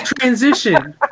transition